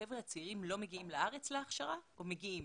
החבר'ה הצעירים לא מגיעים לארץ להכשרה או מגיעים?